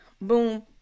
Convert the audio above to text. Boom